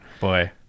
Boy